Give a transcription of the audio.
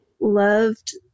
loved